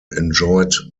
enjoyed